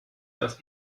dass